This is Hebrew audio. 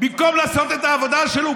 במקום לעשות את העבודה שלו,